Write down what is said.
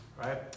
right